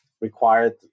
required